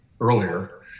earlier